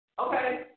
Okay